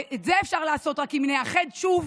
את זה אפשר לעשות רק עם נאחד שוב